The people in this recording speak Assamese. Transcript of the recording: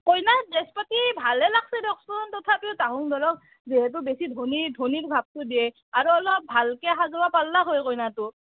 কইনাৰ ড্ৰেছ পাতি ভালেই লাগছে দিয়কচোন তথাপি তাহোন ধৰক যিহেতু বেছি ধনী ধনীৰ ভাবটো দিয়ে আৰু অলপ ভালকৈ সাজবা পাৰলাক হয় কইনাটো